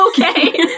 Okay